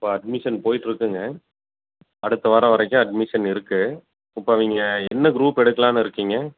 இப்போ அட்மிஷன் போயிட்ருக்குங்க அடுத்த வாராம் வரைக்கு அட்மிஷன் இருக்கு இப்போ நீங்கள் என்ன குரூப் எடுக்கலான் இருக்கிங்க